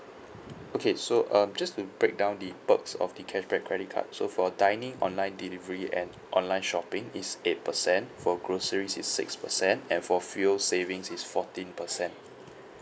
okay so um just to break down the perks of the cashback credit card so for dining online delivery and online shopping is eight percent for groceries is six percent and for fuel savings is fourteen percent